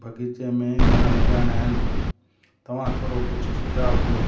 बाग़ीचे में वण लॻाइणा आहिनि तव्हां थोरो कुझु सुझाव ॾियो